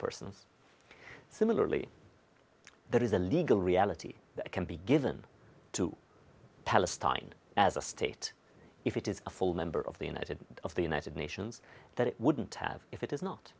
persons similarly there is a legal reality that can be given to palestine as a state if it is a full member of the united of the united nations that it wouldn't have if it is not